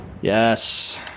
Yes